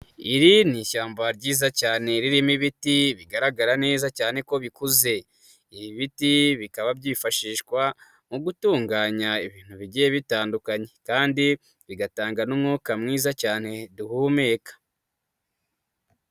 Iri ni ishyamba ryiza cyane ririmo ibiti bigaragara neza cyane ko bikuze. Ibiti bikaba byifashishwa mu gutunganya ibintu bigiye bitandukanye, kandi bigatanga n'umwuka mwiza cyane duhumeka.